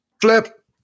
Flip